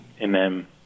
Amen